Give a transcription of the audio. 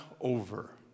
over